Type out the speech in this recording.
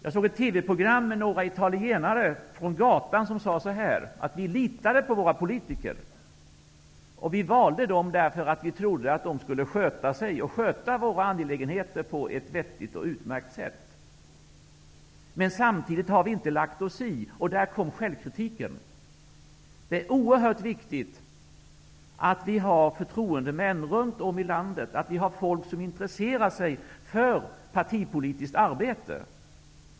Jag såg ett TV-program där några italienare från gatan sade:''Vi litade på våra politiker. Vi valde dem därför att vi trodde att de skulle sköta sig och sköta våra angelägenheter på ett vettigt och utmärkt sätt. Men samtidigt har vi inte lagt oss i.'' Där kom självkritiken. Det är oerhört viktigt att vi har förtroendemän runt om i landet och människor som intresserar sig för partipolitiskt arbete.